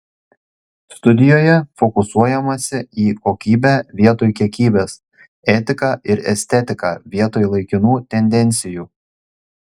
studijoje fokusuojamasi į kokybę vietoj kiekybės etiką ir estetiką vietoj laikinų tendencijų